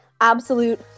absolute